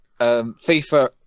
FIFA